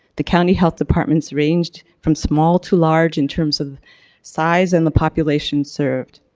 the county health department ranged from small to large in terms of size and the population served.